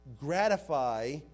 gratify